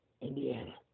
Indiana